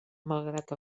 malgrat